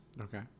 Okay